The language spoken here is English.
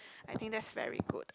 I think that's very good